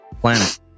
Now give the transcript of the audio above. planet